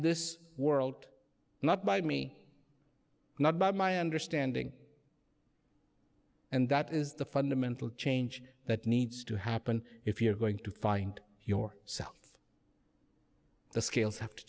this world not by me not by my understanding and that is the fundamental change that needs to happen if you're going to find your self the scales have to